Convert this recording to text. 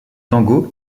tango